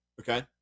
okay